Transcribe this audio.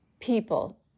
people